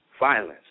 violence